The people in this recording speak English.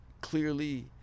clearly